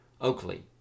Oakley